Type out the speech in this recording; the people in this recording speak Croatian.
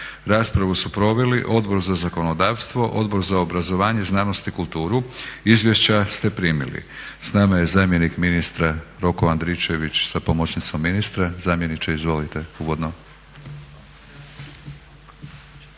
Raspravu su proveli Odbor za zakonodavstvo, Odbor za obrazovanje, znanost i kulturu. Izvješća ste primili. S nama je zamjenik ministra Roko Andričević sa pomoćnicom ministra. Zamjeniče izvolite uvodno.